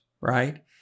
right